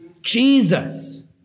Jesus